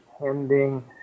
pending